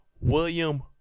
William